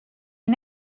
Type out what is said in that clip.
you